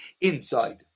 inside